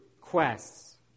quests